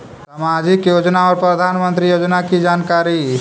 समाजिक योजना और प्रधानमंत्री योजना की जानकारी?